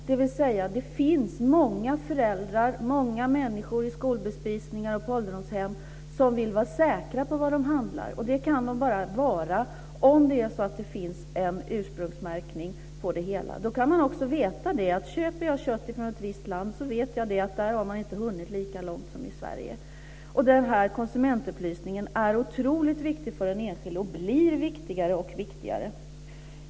Det finns många föräldrar, många människor i skolbespisningar och på ålderdomshem som vill vara säkra på vad de handlar. De kan de bara vara om det finns en ursprungsmärkning på det hela. Köper jag kött från ett visst land vet jag att man där inte har hunnit lika långt som i Sverige. Den konsumentupplysningen är otroligt viktig för den enskilde och blir allt viktigare.